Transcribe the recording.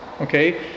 Okay